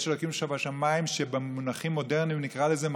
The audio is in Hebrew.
יש ה' שבשמיים שבמונחים מודרניים נקרא לזה: